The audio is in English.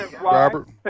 Robert